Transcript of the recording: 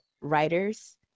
writers